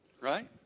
Right